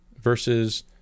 versus